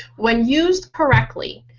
when used correctly,